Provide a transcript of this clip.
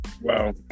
Wow